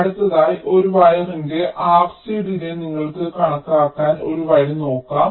അടുത്തതായി ഒരു വയറിന്റെ RC ഡിലേയ് നിങ്ങൾക്ക് കണക്കാക്കാൻ ഒരു വഴി നോക്കാം